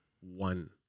one